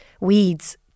weeds